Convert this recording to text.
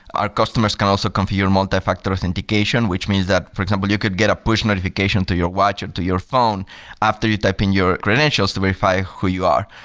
our customers can also configure multifactor authentication, which means that, for example, you could get a push notification to your watch or ah to your phone after you type in your credentials to verify who you are.